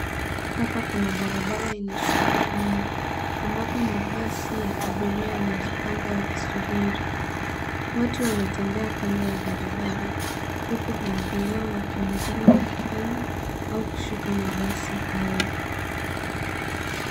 Hapa kuna barabara yenye shughuli nyingi, ambapo mabasi ya abiria yamejipanga yakisubiri. Watu wanatembea kando ya barabara, huku baadhi yao wakionekana wakipanda au kushuka mabasi hayo.